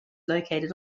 located